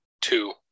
two